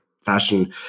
fashion